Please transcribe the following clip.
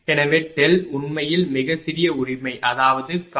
எனவே உண்மையில் மிகச் சிறிய உரிமை அதாவது cos ≅1